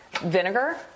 vinegar